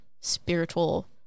spiritual